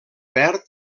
verd